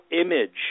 image